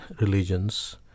religions